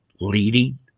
leading